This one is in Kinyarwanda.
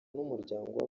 n’umuryango